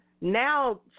Now